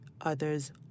others